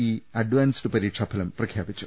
E advanced പരീക്ഷാ ഫലം പ്രഖ്യാപിച്ചു